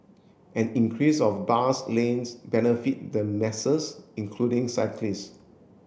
an increase of bus lanes benefit the masses including cyclists